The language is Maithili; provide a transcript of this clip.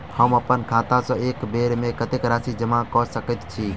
हम अप्पन खाता सँ एक बेर मे कत्तेक राशि जमा कऽ सकैत छी?